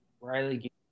Riley